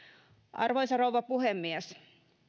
arvoisa rouva puhemies